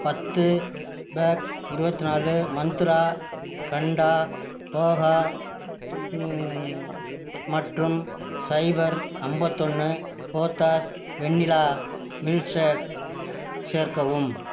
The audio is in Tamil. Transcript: பத்து பேக் இருவத்தி நாலு மந்த்ரா கண்டா போகா மற்றும் சைபர் அம்பத்தொன்னு போதாஸ் வெண்ணிலா மில்க் ஷேக் சேர்க்கவும்